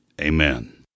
Amen